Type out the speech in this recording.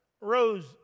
rose